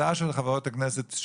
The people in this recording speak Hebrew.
ההצעה של חברות הכנסת,